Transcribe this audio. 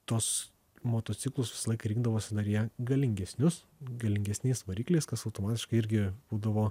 tuos motociklus visą laiką rinkdavosi dar jie galingesnius galingesniais varikliais kas automatiškai irgi būdavo